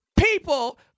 people